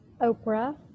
oprah